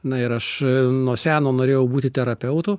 na ir aš nuo seno norėjau būti terapeutu